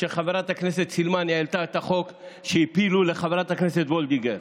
כשחברת הכנסת סילמן העלתה את החוק שהפילו לחברת הכנסת וולדיגר.